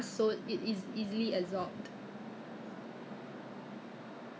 他好像有跟我写 a piece of paper a piece of paper wrote for me the steps I need to go and dig up the piece of paper